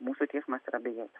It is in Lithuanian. mūsų teismas yra bejėgis